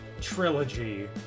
trilogy